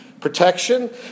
protection